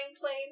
Plane